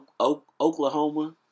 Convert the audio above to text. Oklahoma